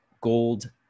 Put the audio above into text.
gold